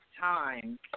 time